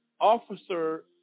officer